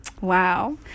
Wow